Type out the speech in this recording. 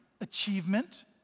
achievement